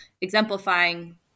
exemplifying